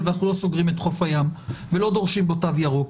ואנחנו לא סוגרים את חוף הים ולא דורשים בו תו ירוק,